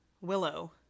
Willow